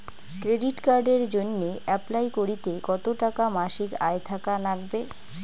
Credit কার্ডের জইন্যে apply করিতে কতো টাকা মাসিক আয় থাকা নাগবে?